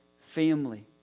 family